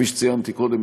כפי שציינתי קודם,